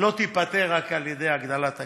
לא תיפתר רק על-ידי הגדלת הקצבאות.